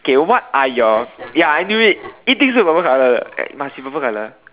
okay what are your ya I knew it 一定随 purple colour 的 must be purple colour